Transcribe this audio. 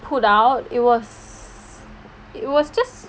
put out it was it was just